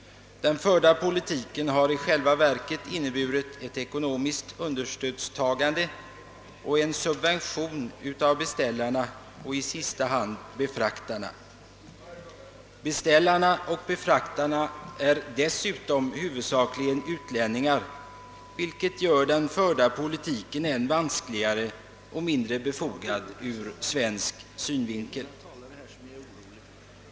Den förda politiken har i själva verket inneburit ett ekonomiskt understödstagande och en subvention av beställarna och i sista hand befraktarna. Beställarna och befraktarna är dessutom huvudsakligen utlänningar, vilket gör den förda politiken än vanskligare och mindre befogad ur svensk synvinkel.